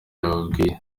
yambwiye